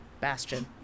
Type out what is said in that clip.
Bastion